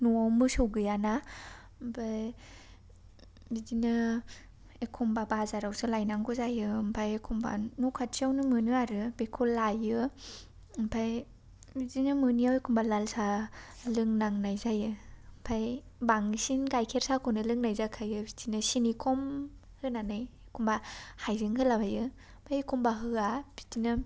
न'आव मोसौ गैया ना ओमफ्राय बिदिनो एखमबा बाजारावसो लायनांगौ जायो ओमफ्राय एखमबा न' खाथिआवनो मोनो आरो बेखौ लायो ओमफ्राय बिदिनो मोनैआव एखनबा लाल साहा लोंनांनाय जायो ओमफ्राय बांसिन गाइखेर साहाखौनो लोंनाय जाखायो बिदिनो सिनि खम होनानै एखनबा हाइजें होलाबायो ओमफ्राय एखमबा होआ बिदिनो